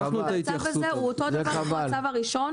והצו הזה הוא אותו דבר כמו הצו הראשון